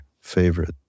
favorite